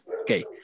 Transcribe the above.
Okay